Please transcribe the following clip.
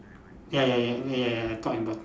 ya ya ya ya ya ya top and bot~